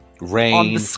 Rain